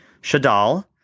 Shadal